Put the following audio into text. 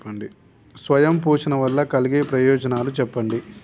స్వయం పోషణ వల్ల కలిగే ప్రయోజనాలు చెప్పండి?